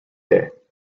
day